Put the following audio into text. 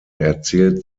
erzählt